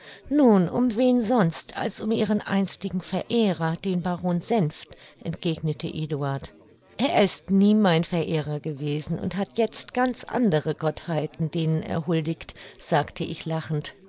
nun um wen sonst als um ihren einstigen verehrer den baron senft entgegnete eduard er ist nie mein verehrer gewesen und hat jetzt ganz andere gottheiten denen er huldigt sagte ich lachend